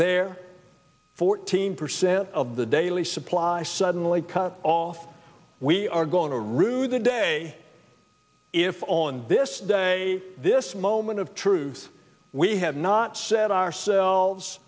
there fourteen percent of the daily supply suddenly cut off we are going to rue the day if on this day this moment of truth we have not set ourselves